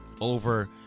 over